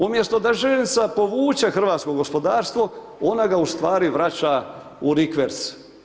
Umjesto da željeznica povuče hrvatsko gospodarstvo ona ga ustvari vraća u rikverc.